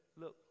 look